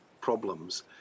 problems